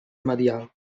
medial